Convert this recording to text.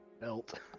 belt